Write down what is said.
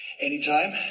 anytime